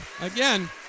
again